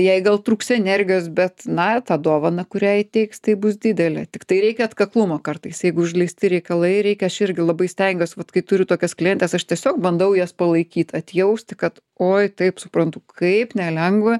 jai gal trūks energijos bet na tą dovaną kurią įteiks tai bus didelė tiktai reikia atkaklumo kartais jeigu užleisti reikalai reikia aš irgi labai stengiuos vat kai turiu tokias klientes aš tiesiog bandau jas palaikyt atjausti kad oi taip suprantu kaip nelengva